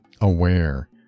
aware